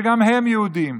שגם הם יהודים.